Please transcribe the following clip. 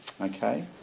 Okay